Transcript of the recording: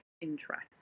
interest